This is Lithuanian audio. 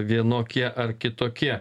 vienokie ar kitokie